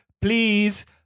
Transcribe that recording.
please